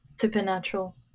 Supernatural